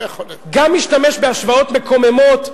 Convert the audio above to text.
גם משתמש בהשוואות מקוממות,